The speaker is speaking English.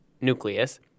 nucleus